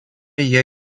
jie